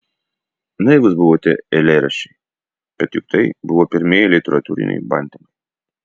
naivūs buvo tie eilėraščiai bet juk tai buvo pirmieji literatūriniai bandymai